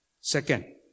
Second